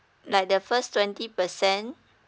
like the first twenty percent